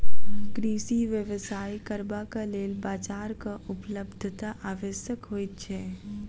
कृषि व्यवसाय करबाक लेल बाजारक उपलब्धता आवश्यक होइत छै